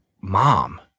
mom